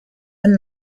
and